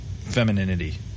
femininity